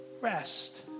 Rest